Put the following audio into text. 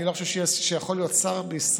אני לא חושב שיכול להיות שר בישראל,